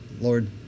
Lord